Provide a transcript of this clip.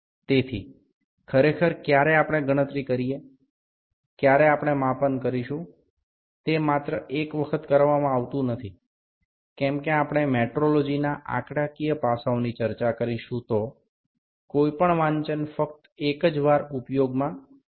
તેથી ખરેખર ક્યારે આપણે ગણતરી કરીએ ક્યારે આપણે માપન કરીશું તે માત્ર એક વખત કરવામાં આવતું નથી કેમ કે આપણે મેટ્રોલોજીના આંકડાકીય પાસાઓની ચર્ચા કરીશું તો કોઈપણ વાંચન ફક્ત એક જ વાર લેવામાં આવતું નથી